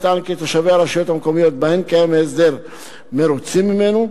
נטען כי תושבי הרשויות המקומיות שבהן קיים ההסדר מרוצים ממנו,